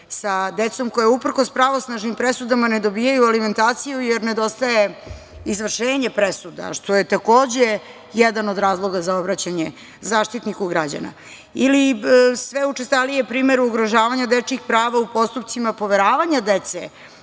sa decom koja uprkos pravosnažnim presudama ne dobijaju alimentaciju jer nedostaje izvršenje presuda, što je takođe jedan od razloga za obraćanje Zaštitniku građana. Sve je učestaliji i primer ugrožavanja dečijih prava u postupcima poveravanja dece